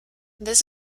this